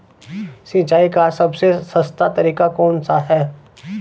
सिंचाई का सबसे सस्ता तरीका कौन सा है?